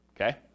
okay